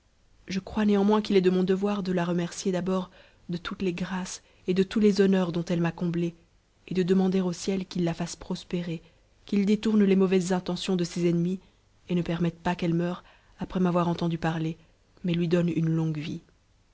je crois néanmoins qu'il es de mon devoir de la remercier d'abord de toutes les grâces et de tous tes honneurs dont elle m'a comblée et de demander au ciel qu'il la fasse prospérer qu'il détourne les mauvaises intentions de ses ennemis et ne permette pas qu'elle meure après m'avoir entendue parler mais lui donne une longue vie